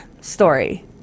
story